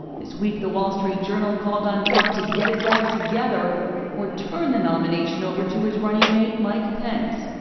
this week the wall street journal called on trump to get his act together or turn the nomination over to his runningmate, mike pence.